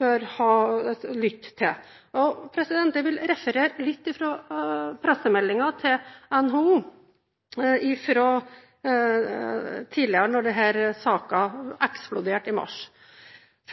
bør lytte til. Jeg vil referere litt fra NHOs pressemelding fra tidligere, da denne saken eksploderte i mars: